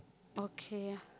okay